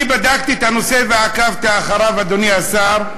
אני בדקתי את הנושא ועקבתי אחריו, אדוני השר,